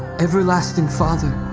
everlasting father,